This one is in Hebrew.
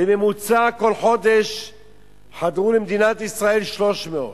בכל חודש חדרו למדינת ישראל 300 בממוצע.